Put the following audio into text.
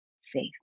safe